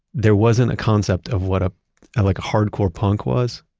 there wasn't a concept of what ah like, a hardcore punk was.